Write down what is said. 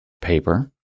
paper